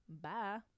Bye